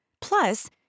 Plus